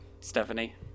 Stephanie